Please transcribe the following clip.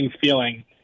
feeling